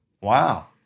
Wow